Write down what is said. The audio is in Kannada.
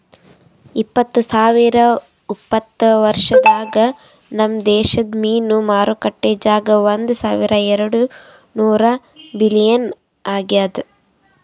ಇಪ್ಪತ್ತು ಸಾವಿರ ಉಪತ್ತ ವರ್ಷದಾಗ್ ನಮ್ ದೇಶದ್ ಮೀನು ಮಾರುಕಟ್ಟೆ ಜಾಗ ಒಂದ್ ಸಾವಿರ ಎರಡು ನೂರ ಬಿಲಿಯನ್ ಆಗ್ಯದ್